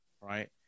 Right